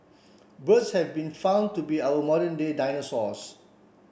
birds have been found to be our modern day dinosaurs